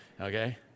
okay